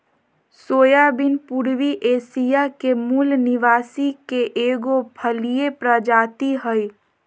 soybean पूर्वी Asia के मूल निवासी के एगो फलिय प्रजाति हइ